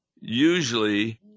usually